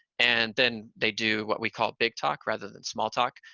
and then they do what we call big talk, rather than small talk,